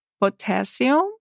potassium